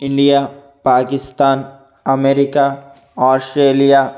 India Pakistan America Australia